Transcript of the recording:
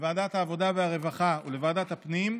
לוועדת העבודה והרווחה ולוועדת הפנים,